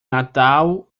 natal